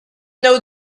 know